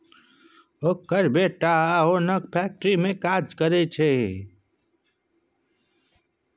ओकर बेटा ओनक फैक्ट्री मे काज करय छै